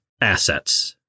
assets